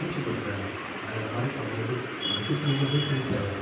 திணிச்சு பெற்றுறாங்க அதை அது மாதிரி பண்ணுறது வந்து மிக மிகவே பெரிய தவறு